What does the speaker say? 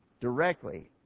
directly